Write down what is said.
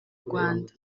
rwanda